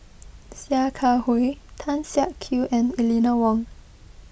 Sia Kah Hui Tan Siak Kew and Eleanor Wong